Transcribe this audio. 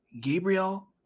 Gabriel